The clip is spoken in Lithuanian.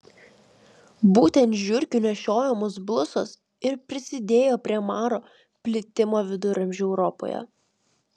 būtent žiurkių nešiojamos blusos ir prisidėjo prie maro plitimo viduramžių europoje